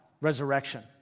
resurrection